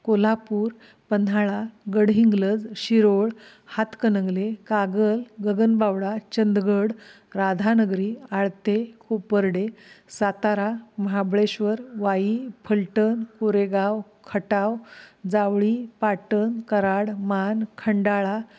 Kolhapur Panhala Gadhinglaj Shirol Hatkanangle Kagal Gagan Bawda Chandgad Radhanagari Alte Koparde Satara Mahabaleshwar Wai Phaltan Koregaon Khatav Jawali Patan Karad Man Khandala